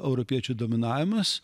europiečių dominavimas